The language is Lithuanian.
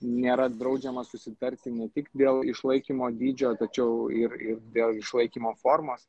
nėra draudžiama susitarti ne tik dėl išlaikymo dydžio tačiau ir ir dėl išlaikymo formos